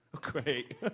great